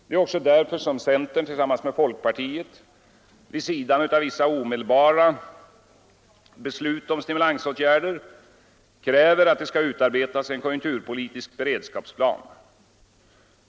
Det är också därför som centern tillsammans med folkpartiet vid sidan av vissa omedelbara beslut om stimulansåtgärder kräver att det skall utarbetas en konjunkturpolitisk beredskapsplan.